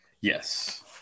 Yes